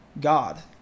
God